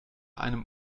einem